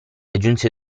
aggiunse